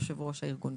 יו"ר הארגון,